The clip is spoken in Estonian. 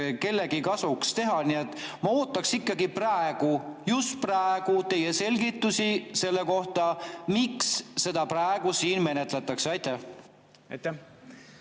kellegi kasuks lahendada. Nii et ma ootaks ikkagi praegu – just praegu! – teie selgitusi selle kohta, miks seda praegu siin menetletakse. Aitäh,